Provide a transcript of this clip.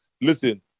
listen